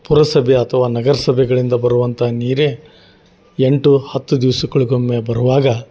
ಪುರಸಭೆ ಅಥವಾ ನಗರ ಸಭೆಗಳಿಂದ ಬರುವಂಥ ನೀರೆ ಎಂಟು ಹತ್ತು ದಿವಸಗಳಿಗೊಮ್ಮೆ ಬರುವಾಗ